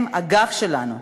הם הגב שלנו,